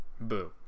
boo